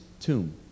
tomb